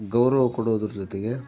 ಗೌರವ ಕೊಡೋದ್ರ ಜೊತೆಗೆ